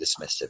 dismissive